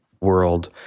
world